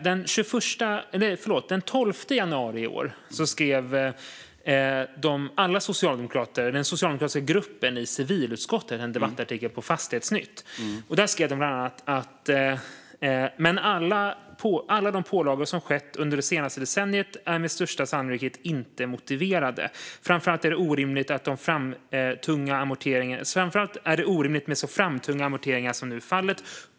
Den 12 januari i år skrev den socialdemokratiska gruppen i civilutskottet i en debattartikel i Fastighetstidningen bland annat följande: "Men alla de pålagor som skett under det senaste decenniet är med största sannolikhet inte motiverade. Framförallt är det orimligt med så framtunga amorteringar som nu är fallet.